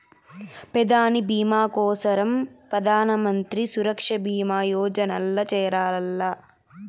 పెదాని బీమా కోసరం ప్రధానమంత్రి సురక్ష బీమా యోజనల్ల చేరాల్ల